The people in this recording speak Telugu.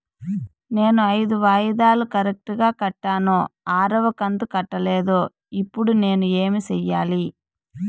నేను ఐదు వాయిదాలు కరెక్టు గా కట్టాను, ఆరవ కంతు కట్టలేదు, ఇప్పుడు నేను ఏమి సెయ్యాలి?